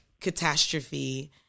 catastrophe